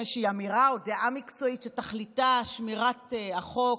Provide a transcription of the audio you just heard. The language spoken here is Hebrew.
איזושהי אמירה או דעה מקצועית שתכליתה שמירת החוק,